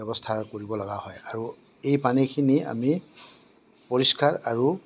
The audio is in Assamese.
ব্যৱস্থাৰ কৰিব লগা হয় আৰু এই পানীখিনি আমি পৰিষ্কাৰ আৰু